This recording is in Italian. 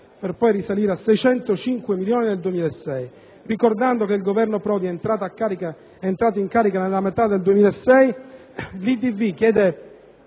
per poi risalire a 605 milioni nel 2006, e che il Governo Prodi è entrato in carica nella metà del 2006, l'Italia dei